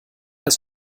ist